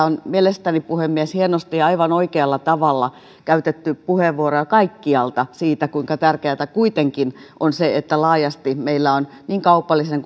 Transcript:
on mielestäni puhemies hienosti ja aivan oikealla tavalla käytetty puheenvuoroja kaikkialta siitä kuinka tärkeää kuitenkin on se että meillä on laajasti niin kaupallisen